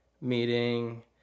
meeting